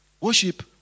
Worship